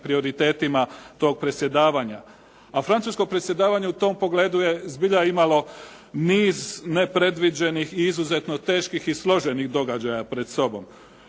prioritetima tog predsjedavanja. A francusko predsjedavanje u tom pogledu je zbilja imamo niz nepredviđenih i izuzetno teških i složenih događaja pred sobom.